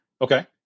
Okay